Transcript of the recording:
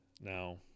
Now